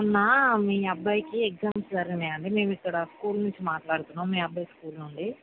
మొన్న మీ అబ్బాయికి ఎగ్జామ్స్ జరిగినీయండి మేము ఇక్కడ స్కూల్ నుంచి మాట్లాడుతున్నాము మీ అబ్బాయి స్కూల్ నుండి